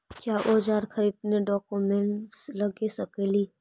क्या ओजार खरीदने ड़ाओकमेसे लगे सकेली?